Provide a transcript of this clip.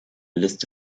liste